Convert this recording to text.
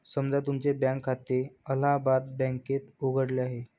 समजा तुमचे बँक खाते अलाहाबाद बँकेत उघडले आहे